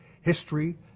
history